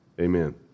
Amen